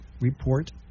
report